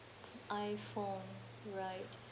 iPhone right